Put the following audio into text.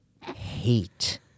hate